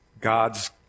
God's